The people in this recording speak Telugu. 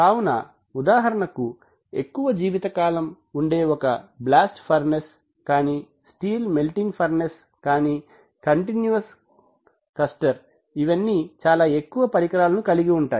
కావున ఉదాహరణకుఎక్కువ జీవిత కాలం ఉండే ఒక బ్లాస్ట్ ఫర్నెస్ కానీ స్టీల్ మెల్టింగ్ ఫర్నెస్ కానీ కంటిన్యూస్ కస్టర్ ఇవన్నీచాలా యెక్కువ పరికరాలను కలిగి ఉంటాయి